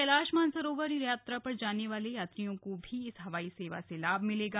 कैलाश मानसरोवर जाने वाले यात्रियों को भी इस हवाई सेवा से लाभ मिलेगा